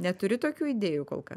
neturi tokių idėjų kol kas